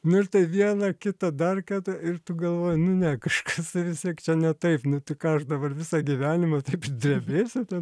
nu ir tą vieną kitą dar kartą ir tu galvoji nu ne kažkas vis tiek čia ne taip nu tai ką aš dabar visą gyvenimą taip drebėsiu ten